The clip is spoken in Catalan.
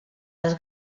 els